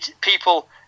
people